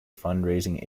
fundraising